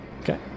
Okay